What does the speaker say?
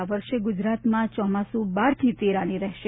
આ વર્ષે ગુજરાતમાં ચોમાસુ બારથી તેર આની રહેશે